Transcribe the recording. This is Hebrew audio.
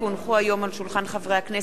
כי הונחו היום על שולחן הכנסת,